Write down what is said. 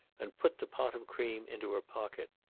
and put the pot of cream into her pocket.